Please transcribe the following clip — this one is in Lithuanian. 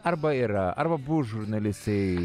arba yra arba bus žurnalistai